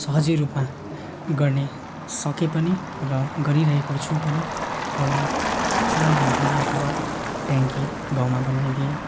सहजै रूपमा गर्न सकेँ पनि र गरिरहेको छु पनि एउटा सानो धारा अथवा ट्याङ्की गाउँमा बनाइदिएँ